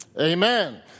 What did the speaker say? Amen